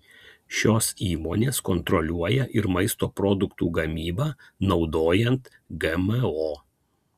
šios įmonės kontroliuoja ir maisto produktų gamybą naudojant gmo